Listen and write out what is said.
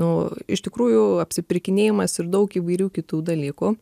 nu iš tikrųjų apsipirkinėjimas ir daug įvairių kitų dalykų